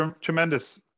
tremendous